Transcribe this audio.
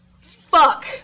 fuck